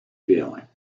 feeling